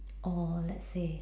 or let's say